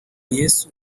yesu